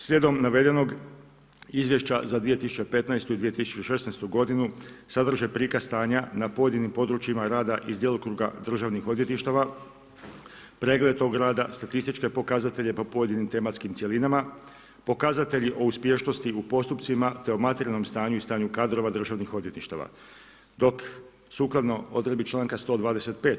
Slijedom navedenog, izvješća za 2015. i 2016. godinu sadrže prikaz stanja na pojedinim područjima rada iz djelokruga državnih odvjetništava, pregled tog rada, statističke pokazatelje po pojedinim tematskim cjelinama, pokazatelji o uspješnosti u postupcima te o materijalnom stanju i stanju kadrova državnih odvjetništava dok sukladno odredbi članka 125.